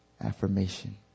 affirmation